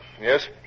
yes